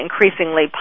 increasingly